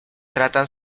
tratan